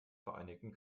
vereinigten